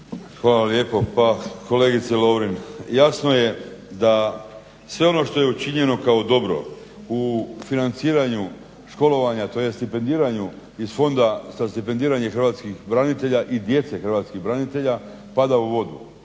Hvala lijepo. Pa kolegice Lovrin, jasno je da sve ono što je učinjeno kao dobro u financiranju školovanja, tj. stipendiranju iz Fonda za stipendiranje hrvatskih branitelja i djece hrvatskih branitelja pada u vodu